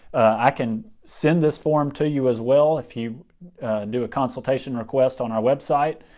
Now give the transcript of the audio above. i can send this form to you as well if you do a consultation request on our website.